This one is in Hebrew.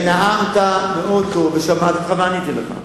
ונאמת מאוד טוב ושמעתי ועניתי לך.